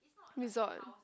resort